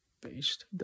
based